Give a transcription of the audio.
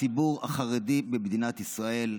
הציבור החרדי במדינת ישראל,